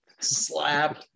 slap